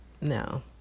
No